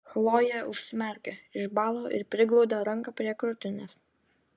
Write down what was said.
chlojė užsimerkė išbalo ir priglaudė ranką prie krūtinės